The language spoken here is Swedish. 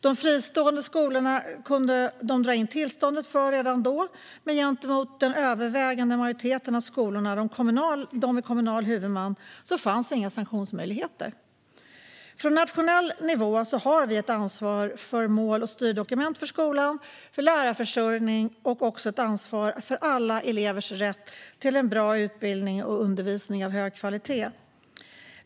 De fristående skolorna kunde man redan då dra in tillståndet för, men gentemot den övervägande majoriteten av skolorna, de med kommunal huvudman, fanns det inga sanktionsmöjligheter. Från nationell nivå har vi ett ansvar för mål och styrdokument för skolan, för lärarförsörjning och för alla elevers rätt till en bra utbildning och undervisning av hög kvalitet.